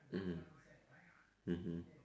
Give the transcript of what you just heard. mmhmm mmhmm